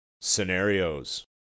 Scenarios